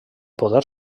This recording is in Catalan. poder